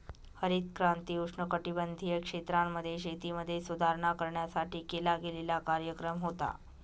हरित क्रांती उष्णकटिबंधीय क्षेत्रांमध्ये, शेतीमध्ये सुधारणा करण्यासाठी केला गेलेला कार्यक्रम होता